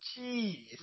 Jeez